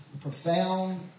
profound